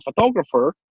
photographer